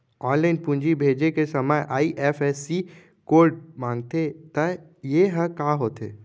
Online पूंजी भेजे के समय आई.एफ.एस.सी कोड माँगथे त ये ह का होथे?